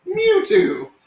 Mewtwo